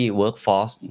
workforce